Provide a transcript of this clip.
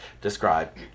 describe